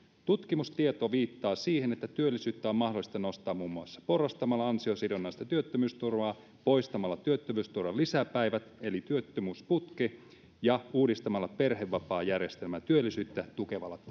tutkimustieto viittaa siihen että työllisyyttä on mahdollista nostaa muun muassa porrastamalla ansiosidonnaista työttömyysturvaa poistamalla työttömyysturvan lisäpäivät eli työttömyysputki ja uudistamalla perhevapaajärjestelmä työllisyyttä tukevalla